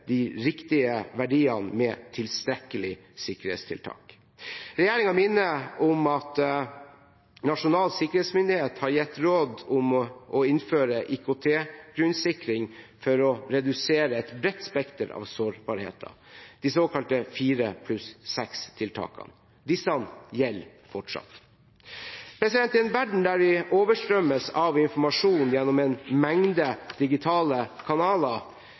de riktige verdiene med tilstrekkelige sikkerhetstiltak. Regjeringen minner om at Nasjonal sikkerhetsmyndighet har gitt råd om å innføre IKT-grunnsikring for å redusere et bredt spekter av sårbarheter, de såkalte fire-pluss-seks-tiltakene. Disse gjelder fortsatt. I en verden der vi overstrømmes av informasjon gjennom en mengde digitale kanaler,